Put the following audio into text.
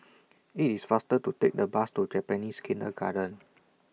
IT IS faster to Take The Bus to Japanese Kindergarten